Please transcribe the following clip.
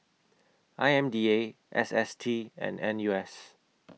I M D A S S T and N U S